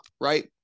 right